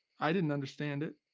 i didn't understand it.